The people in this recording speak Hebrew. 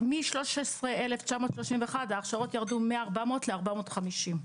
מ-13,931 הכשרות ירדו ל-450.